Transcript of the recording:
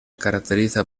caracteriza